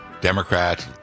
Democrats